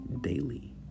daily